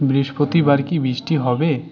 বৃহস্পতিবার কি বৃষ্টি হবে